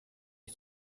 ich